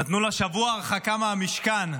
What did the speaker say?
נתנו לה שבוע הרחקה מהמשכן.